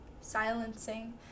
silencing